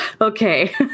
Okay